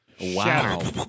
Wow